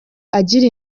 agira